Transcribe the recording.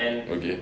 okay